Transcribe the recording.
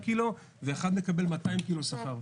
אחד מקבל 100 קילו ואחד מקבל 200 קילו שכר.